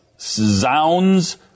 zounds